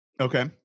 Okay